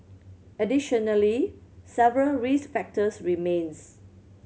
additionally several risk factors remains